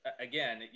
Again